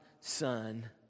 Son